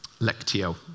Lectio